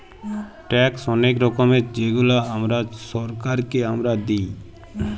tax অলেক রকমের যেগলা আমরা ছরকারকে আমরা দিঁই